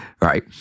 Right